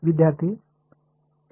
विद्यार्थीः आणि